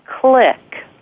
click